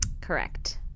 Correct